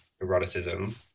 eroticism